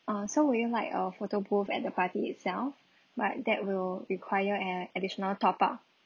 uh so would you like a photo booth at the party itself but that will require an additional top up